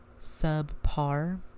subpar